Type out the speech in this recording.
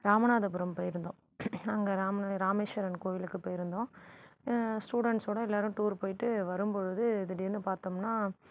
ராமநாதபுரம் போயிருந்தோம் அங்கே ராம ராமேஷ்வரன் கோயிலுக்கு போயிருந்தோம் ஸ்டூடெண்ட்சோட எல்லாரும் டூர் போயிவிட்டு வரும்பொழுது திடீர்ன்னு பார்த்தம்னா